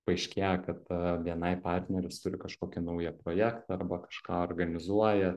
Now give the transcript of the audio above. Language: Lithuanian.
paaiškėja kad a bni partneris turi kažkokį naują projektą arba kažką organizuoja